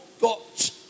got